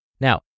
Now